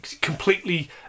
completely